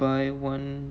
by one